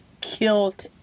killed